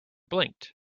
blinked